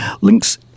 links